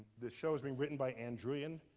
the show is being written by ann druyan.